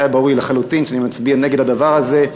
היה לי ברור לחלוטין שאני מצביע נגד הדבר הזה,